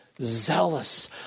zealous